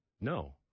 no